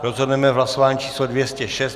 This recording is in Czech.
Rozhodneme v hlasování číslo 206.